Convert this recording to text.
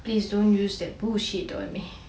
please don't use that bullshit on me